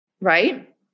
right